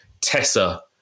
Tessa